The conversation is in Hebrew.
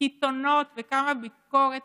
קיתונות וכמה ביקורת